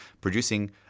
producing